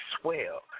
swell